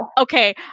okay